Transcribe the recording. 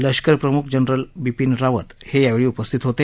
लष्कर प्रम्ख जनरल बिपीन रावत हे यावेळी उपस्थित होते